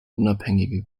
unabhängige